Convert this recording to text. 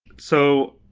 so,